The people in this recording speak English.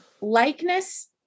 Likeness